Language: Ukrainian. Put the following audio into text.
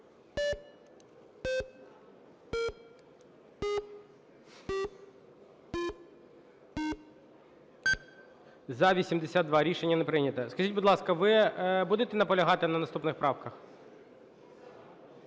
За-82 Рішення не прийнято. Скажіть, будь ласка, ви будете наполягати на наступних правках?